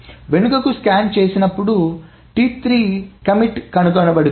వెనుకకు స్కాన్ చేయబడినప్పుడు కట్టుబడి T3 కనుగొనబడుతుంది